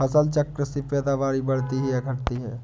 फसल चक्र से पैदावारी बढ़ती है या घटती है?